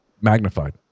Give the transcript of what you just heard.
magnified